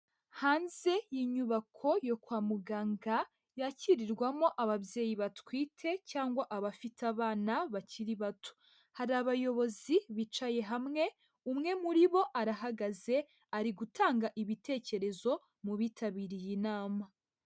Hanze y'inyubako yo kwa muganga yakirirwamo ababyeyi batwite cyangwa abafite abana bakiri bato, hari abayobozi bicaye hamwe umwe muri bo arahagaze ari gutanga ibitekerezo mu bitabiriye inama.